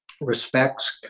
respects